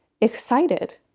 excited